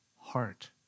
heart